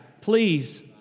Please